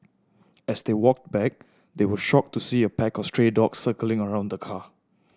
as they walk back they were shocked to see a pack of stray dogs circling around the car